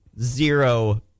zero